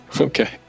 okay